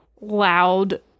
loud